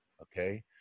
Okay